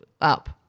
up